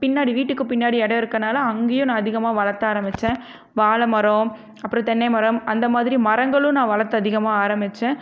பின்னாடி வீட்டுக்கு பின்னாடி இடம் இருக்கனால அங்கையும் நான் அதிகமாக வளர்த்த ஆரம்பிச்சேன் வாழை மரம் அப்புறம் தென்னை மரம் அந்தமாதிரி மரங்களும் நான் வளர்த்து அதிகமாக ஆரம்பிச்சேன்